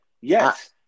Yes